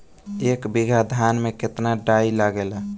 एक बीगहा धान में केतना डाई लागेला?